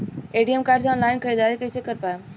ATM card से online ख़रीदारी कइसे कर पाएम?